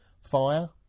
Fire